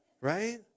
right